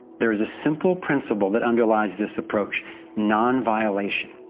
there's a simple principle that underlies this approach non-violation.